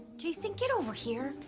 jason, get over here.